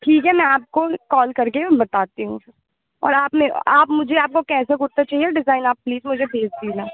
ठीक है मैं आपको कॉल करके मैं बताती हूँ फिर और आपने आप मुझे आपको कैसा कुर्ता चहिए डिज़ाइन आप प्लीज़ मुझे भेज देना